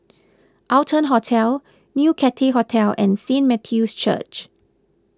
Arton Hotel New Cathay Hotel and Saint Matthew's Church